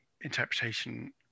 interpretation